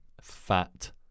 fat